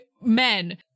men